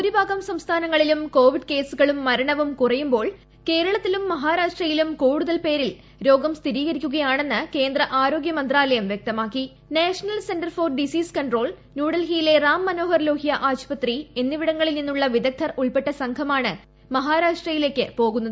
ഭൂരിഭാഗം സംസ്ഫാന്ങ്ങളിലും കോവിഡ് കേസുകളും മരണവും കുറയുമ്പോൾ ക്ട്രേളത്തിലും മഹാരാഷ്ട്രയിലും കൂടുതൽ പേരിൽ രോഗം സ്ഥിരീക്ക്രിക്കുകയാണെന്ന് കേന്ദ്ര ആരോഗ്യ മന്ത്രാലയം വൃക്തമാക്കിട് national centre for disease control ന്യൂഡൽഹിയിലെ റാം മനോഹർ ലോഹ്യ ആശുപത്രി എന്നിവിടങ്ങളിൽ നിന്നുളള വിദഗ്ധർ ഉൾപ്പെട്ട സംഘമാണ് മഹാരാഷ്ട്രയിലേക്ക് പോകുന്നത്